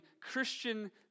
Christian